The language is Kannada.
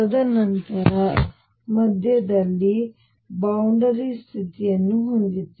ತದನಂತರ ಮಧ್ಯದಲ್ಲಿ ಬೌಂಡರಿ ಸ್ಥಿತಿಯನ್ನು ಹೊಂದಿಸಿ